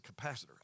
capacitor